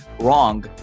wrong